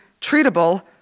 treatable